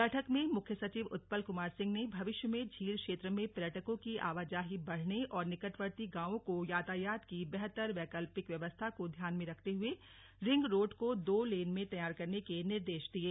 बैठक में मुख्य सचिव उत्पल कुमार सिंह ने भविष्य में झील क्षेत्र में पर्यटकों की आवाजाही बढ़ने और निकटवर्ती गांवों को यातायात की बेहतर वैकल्पिक व्यवस्था को ध्यान में रखते हुए रिंग रोड को दो लेन में तैयार करने के निर्देश दिये